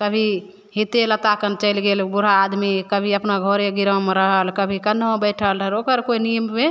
कभी हिते लताके चलि गेल बूढ़ा आदमी कभी अपना घरे ग्राममे रहल कभी कनहो बैठल रहल ओकर कोइ नियमे